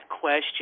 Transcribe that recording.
question